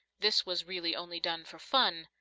this was really only done for fun,